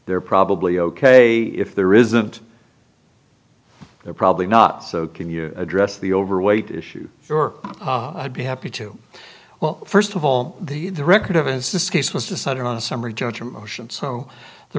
they're probably ok if there isn't probably not so can you address the overweight issue sure i'd be happy to well first of all the the record of his this case was decided on a summary judgment motion so the